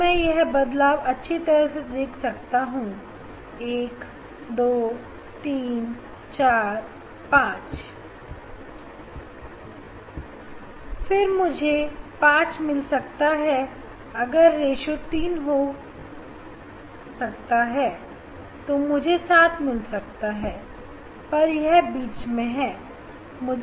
अब मैं यह बदलाव अच्छी तरह देख सकता हूं 1 2 3 4 5 हां मैं देख सकता हूं 5 को कर रहे हो सकता है 2 फिर मुझे 5 मिल सकता है अगर रेश्यो 3 हो सकता है तो मुझे 7 मिल सकता है पर यह बीच में है